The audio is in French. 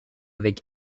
avec